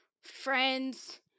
friends